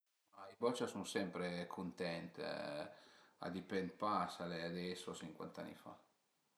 I bocia a sun sempre cuntent, a dipend pa së al e adès o sincuant'ani fa